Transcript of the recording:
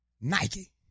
Nike